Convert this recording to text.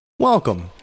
Welcome